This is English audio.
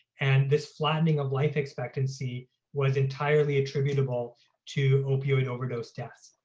and this flattening of life expectancy was entirely attributable to opioid overdose deaths.